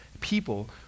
people